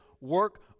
work